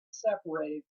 separated